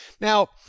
Now